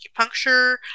acupuncture